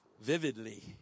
vividly